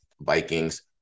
Vikings